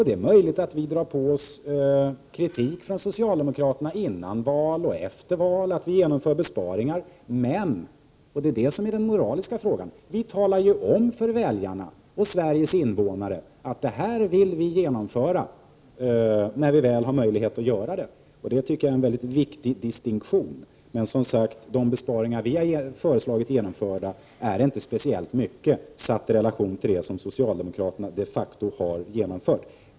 Det är möjligt att vi moderater drar på oss kritik från socialdemokraterna, före val och efter val, för att vi vill genomföra besparingar, men — och det är det som är den moraliska frågan — vi talar om för väljarna och Sveriges invånare vad vi vill genomföra när vi väl har möjlighet att göra det. Det är en mycket viktig distinktion. De besparingar som vi föreslår skall genomföras är dock inte stora, sett i relation till det som socialdemokraterna de facto har genomfört.